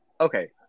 Okay